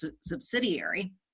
subsidiary